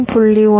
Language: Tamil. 15 0